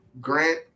Grant